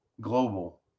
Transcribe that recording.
global